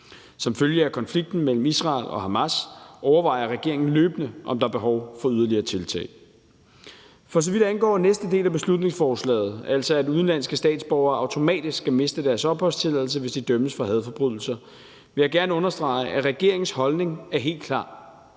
Som følge af konflikten mellem Israel og Hamas overvejer regeringen løbende, om der er behov for yderligere tiltag. For så vidt angår næste del af beslutningsforslaget, altså det, at udenlandske statsborgere automatisk skal miste deres opholdstilladelse, hvis de dømmes for hadforbrydelser, vil jeg gerne understrege, at regeringens holdning er helt klar: